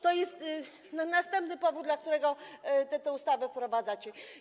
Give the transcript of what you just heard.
To jest następny powód, dla którego tę ustawę wprowadzacie.